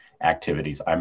activities